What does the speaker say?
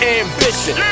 ambition